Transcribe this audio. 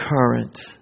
current